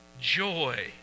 joy